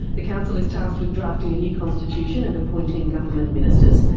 the council is tasked with drafting a new constitution and appointing government ministers.